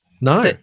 No